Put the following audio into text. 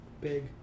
big